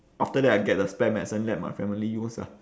after that I get the spare medicine let my family use ah